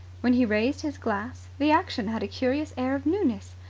when he raised his glass the action had a curious air of newness.